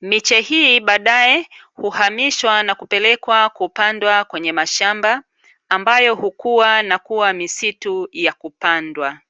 miche hii baadae huamishwa na kupelekwa kwenye mashamba ambayo hukua na kua misitu ya kupandwa.